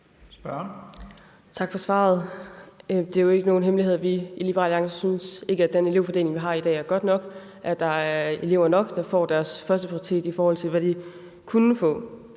Tak for svaret. Det er jo ikke nogen hemmelighed, at vi i Liberal Alliance ikke synes, at den elevfordeling, vi har i dag, er god nok, at der er elever nok, der får deres førsteprioritet, i forhold til hvad de kunne få.